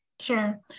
Sure